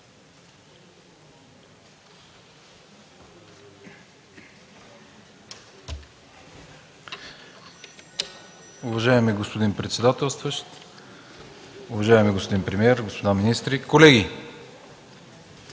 Уважаеми господин председателстващ, уважаеми господин премиер, господа министри, колеги!